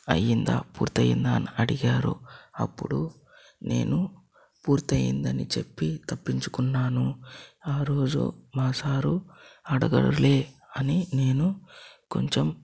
అయ్యిందా పూర్తయ్యిందా అని అడిగారు అప్పుడు నేను పూర్తయిందని చెప్పి తప్పించుకున్నాను ఆ రోజు మా సారు అడగరులే అని నేను కొంచెం